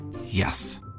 Yes